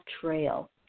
trail